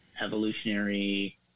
evolutionary